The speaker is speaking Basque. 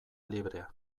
librea